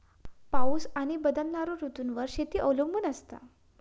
पाऊस आणि बदलणारो ऋतूंवर शेती अवलंबून असता